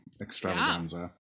extravaganza